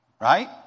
right